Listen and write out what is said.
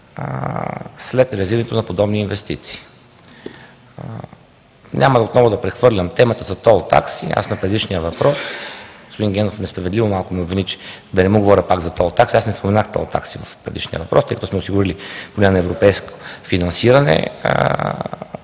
след реализирането на подобни инвестиции? Няма отново да прехвърлям темата за тол такси. На предишния въпрос господин Генов малко несправедливо ме обвини, да не му говоря пак за тол такси, аз не споменах тол такси по предишния въпрос, тъй като сме осигурили по линия на европейско финансиране